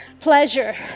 pleasure